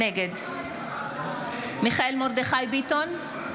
נגד מיכאל מרדכי ביטון,